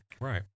Right